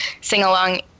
sing-along